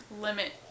limit